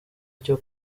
icyo